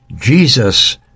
Jesus